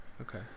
okay